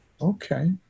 Okay